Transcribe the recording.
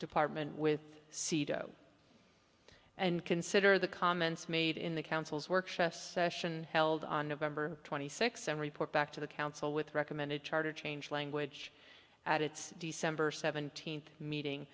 department with sito and consider the comments made in the council's workshop held on november twenty sixth and report back to the council with recommended charter change language at its december seventeenth meeting